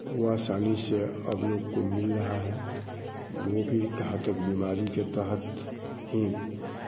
वह आसानी से अब लोग को मिल रहा है वो भी घातक बीमारी के तहत ही